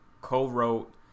co-wrote